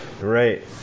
right